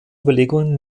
überlegungen